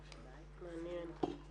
מעניין.